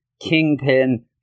kingpin